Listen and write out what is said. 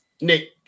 Nick